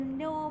no